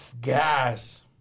Gas